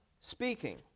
speaking